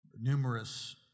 Numerous